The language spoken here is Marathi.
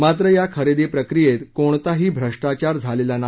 मात्र या खरेदी प्रक्रियेत कोणताही भ्रष्टाचार झालेला नाही